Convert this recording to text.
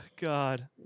God